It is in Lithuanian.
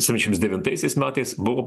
septyniasdešimt devintaisiais metais buvo